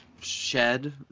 Shed